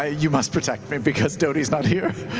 ah you must protect me because doty's not here.